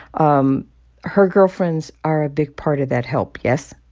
um her girlfriends are a big part of that help, yes?